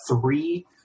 three